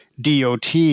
DOT